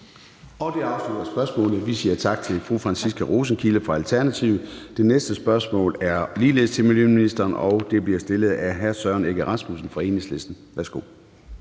Gade): Det afslutter spørgsmålet. Vi siger tak til fru Franciska Rosenkilde fra Alternativet. Det næste spørgsmål er ligeledes til miljøministeren, og det bliver stillet af hr. Søren Egge Rasmussen fra Enhedslisten. Kl.